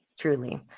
Truly